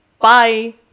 bye